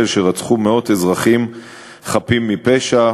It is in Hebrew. מחבלים מתאבדים שרצחו מאות אזרחים חפים מפשע,